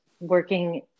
working